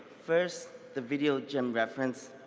first, the video jim referenced,